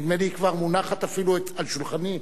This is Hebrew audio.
נדמה לי שהיא כבר מונחת אפילו על שולחני.